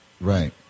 Right